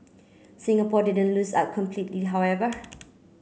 Singapore didn't lose a completely however